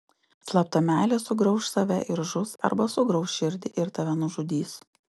slapta meilė sugrauš save ir žus arba sugrauš širdį ir tave nužudys